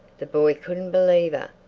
the boy couldn't believe her.